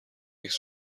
عکس